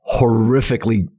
horrifically